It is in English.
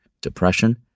depression